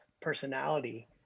personality